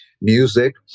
music